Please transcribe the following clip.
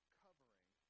covering